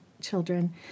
children